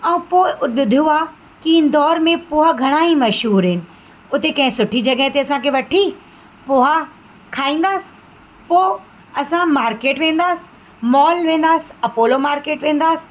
ऐं पोइ ॿुधो आहे इंदौर में कि इंदौर में पोहा घणा ई मशहूरु आहिनि उते कंहिं सुठी जॻहि ते असांखे वठी पोहा खाईंदासीं पोइ असां मार्केट वेंदासीं मॉल वेंदासीं अपोलो मार्केट वेंदासीं